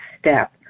step